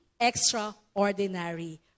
extraordinary